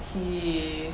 he